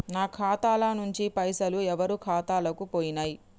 నా ఖాతా ల నుంచి పైసలు ఎవరు ఖాతాలకు పోయినయ్?